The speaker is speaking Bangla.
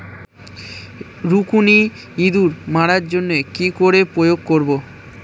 রুকুনি ইঁদুর মারার জন্য কি করে প্রয়োগ করব?